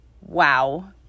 wow